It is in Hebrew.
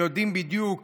שיודעים בדיוק